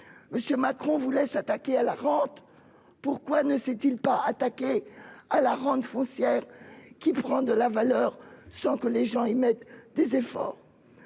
M. Macron voulait s'attaquer à la rente. Pourquoi ne s'est-il pas attaqué à la rente foncière, qui prend de la valeur sans que les gens fournissent des efforts ?